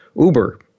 Uber